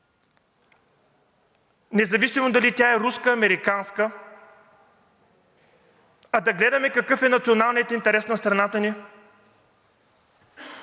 независимо дали тя е руска, американска, а да гледаме какъв е националният интерес на страната ни.